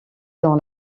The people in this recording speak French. dans